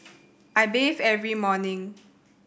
I bathe every morning